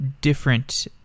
different